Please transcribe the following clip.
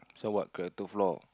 so what character flaw